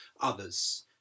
others